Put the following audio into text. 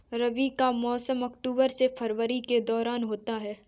रबी का मौसम अक्टूबर से फरवरी के दौरान होता है